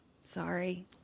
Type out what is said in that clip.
Sorry